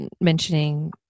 mentioning